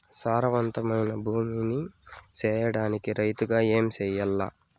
సారవంతమైన భూమి నీ సేయడానికి రైతుగా ఏమి చెయల్ల?